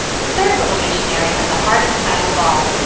the third little missionary had the hardest time of all,